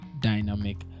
dynamic